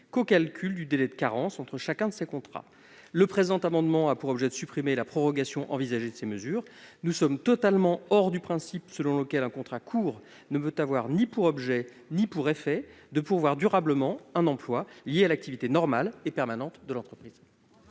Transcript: qu'au calcul du délai de carence entre chacun de ces contrats. Le présent amendement a pour objet de supprimer la prorogation envisagée de ces mesures. Nous sommes là totalement hors du principe selon lequel un contrat court ne peut avoir ni pour objet ni pour effet de pourvoir durablement un emploi lié à l'activité normale et permanente de l'entreprise.